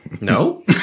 No